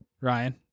Ryan